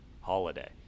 holiday